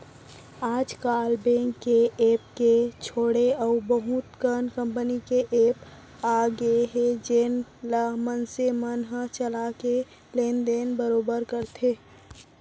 आज काल बेंक के ऐप के छोड़े अउ बहुत कन कंपनी के एप्स आ गए हे जेन ल मनसे मन ह चला के लेन देन बरोबर करथे